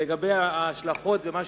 לגבי ההשלכות ומה שאמרת,